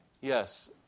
Yes